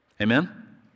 Amen